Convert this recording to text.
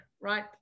right